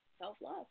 self-love